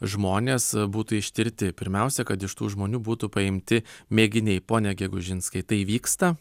žmonės būtų ištirti pirmiausia kad iš tų žmonių būtų paimti mėginiai pone gegužinskai tai vyksta